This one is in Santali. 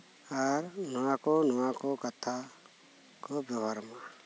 ᱟᱨ ᱱᱚᱶᱟᱠᱚ ᱱᱚᱶᱟᱠᱚ ᱠᱟᱛᱷᱟ ᱠᱚ ᱵᱮᱣᱦᱟᱨᱢᱟ